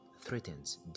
threatens